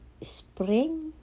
spring